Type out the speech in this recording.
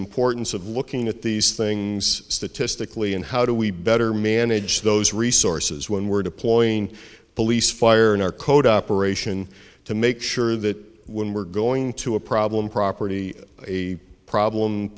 importance of looking at these things statistically and how do we better manage those resources when we're deploying police fire in our code operation to make sure that when we're going to a problem property a problem